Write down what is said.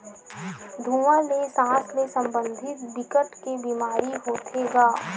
धुवा ले सास ले संबंधित बिकट के बेमारी होथे गा